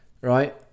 right